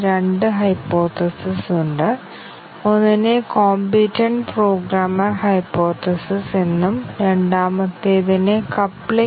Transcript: നിങ്ങൾ ഓർക്കുന്നുവെങ്കിൽ അടിസ്ഥാനപരമായി രണ്ട് തരം വൈറ്റ് ബോക്സ് ടെസ്റ്റിംഗ് ടെക്നിക്കുകൾ ഉണ്ടെന്ന് ഞങ്ങൾ പറഞ്ഞിരുന്നു